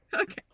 Okay